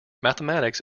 mathematics